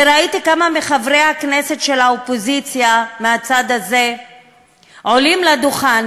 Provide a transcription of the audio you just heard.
שראיתי כמה מחברי הכנסת של האופוזיציה מהצד הזה עולים לדוכן